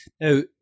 Now